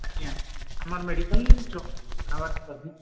ଆଜ୍ଞା ଆମର ମେଡ଼ିକାଲରେ ଜଣେ ସର୍ଭିସ୍